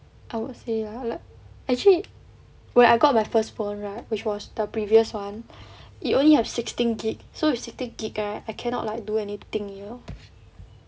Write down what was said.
I would say lah like actually when I got my first phone right which was the previous [one] it only have sixteen gb so with sixteen gb right I cannot like do anything you know